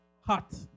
Hot